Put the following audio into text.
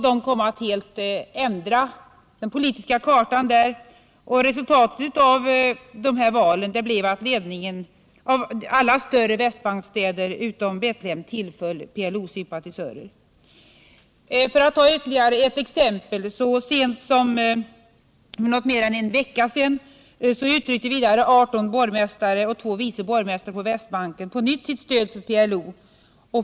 De kom att helt ändra den politiska kartan. För att ta ytterligare ett exempel: Så sent som för något mer än en vecka sedan uttryckte 18 borgmästare och två vice borgmästare på Västbanken på nytt sitt stöd för PLO.